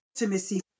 intimacy